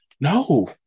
no